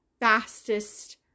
fastest